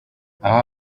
aha